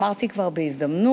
אמרתי כבר בהזדמנות,